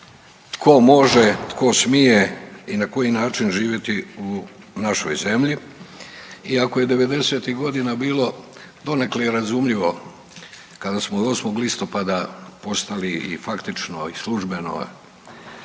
tko može, tko smije i na koji način živjeti u našoj zemlji. Iako je '90.-tih godina bilo donekle razumljivo kada smo 8. listopada postali i faktično i službeno